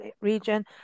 region